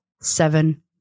seven